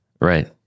Right